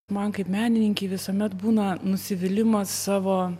man kaip menininkei visuomet būna nusivylimas savo